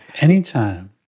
Anytime